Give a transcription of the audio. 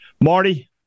Marty